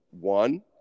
One